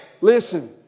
Listen